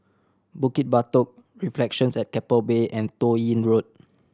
Bukit Batok Reflections at Keppel Bay and Toh Yi Road